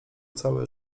całe